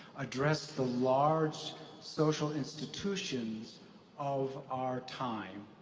address the large social institutions of our time.